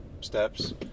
steps